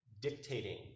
dictating